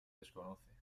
desconoce